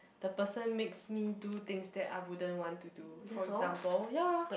the person makes me do things that I wouldn't want to do for example ya